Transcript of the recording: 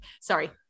sorry